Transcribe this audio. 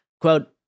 Quote